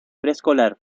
preescolar